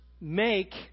make